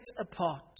apart